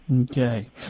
Okay